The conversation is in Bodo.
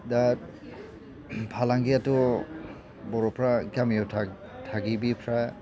दा फालांगिआथ' बर'फ्रा गामियाव थागिबिफ्रा